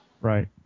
Right